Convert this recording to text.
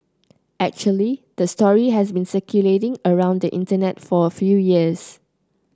actually the story has been circulating around the Internet for a few years